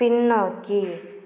பின்னோக்கி